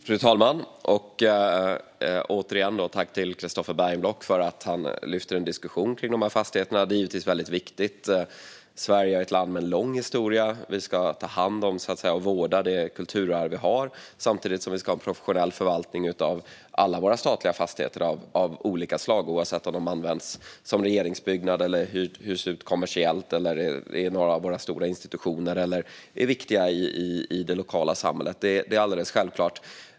Fru talman! Återigen tack till Christofer Bergenblock för att han tar upp de här fastigheterna till diskussion! Det är naturligtvis viktigt. Sverige är ett land med en lång historia. Vi ska ta hand om och vårda det kulturarv vi har samtidigt som vi ska ha en professionell förvaltning av alla våra statliga fastigheter av olika slag, oavsett om de används som regeringsbyggnad, hyrs ut kommersiellt, är några av våra stora institutioner eller är viktiga i det lokala samhället. Det är alldeles självklart.